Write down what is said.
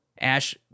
ash